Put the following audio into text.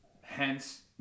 hence